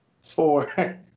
four